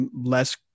less